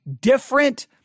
different